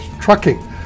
trucking